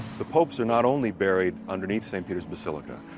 the popes are not only buried underneath st. peter's basilica.